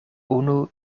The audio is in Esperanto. unu